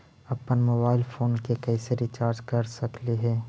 अप्पन mobile phone के कैसे रिचार्ज कर सकली हे?